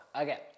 Okay